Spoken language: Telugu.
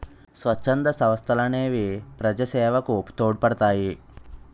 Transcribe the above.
స్వచ్ఛంద సంస్థలనేవి ప్రజాసేవకు తోడ్పడతాయి